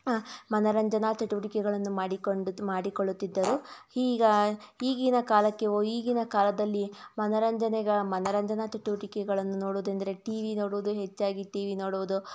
ಮನರಂಜನಾ ಚಟುವಟಿಕೆಗಳನ್ನು ಮಾಡಿಕೊಂಡ್ ಮಾಡಿಕೊಳ್ಳುತ್ತಿದ್ದರು ಈಗ ಈಗಿನ ಕಾಲಕ್ಕೆ ಓ ಈಗಿನ ಕಾಲದಲ್ಲಿ ಮನರಂಜನೆಗೆ ಮನರಂಜನಾ ಚಟುವಟಿಕೆಗಳನ್ನು ನೋಡುವುದೆಂದರೆ ಟಿ ವಿ ನೋಡುವುದು ಹೆಚ್ಚಾಗಿ ಟಿ ವಿ ನೋಡುವುದು